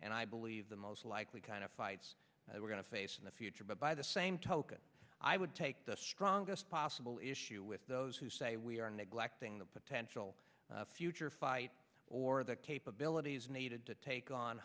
and i believe the most likely kind of fights that we're going to face in the future but by the same token i would take the strongest possible issue with those who say we are neglecting the potential future fight or the capabilities needed to take on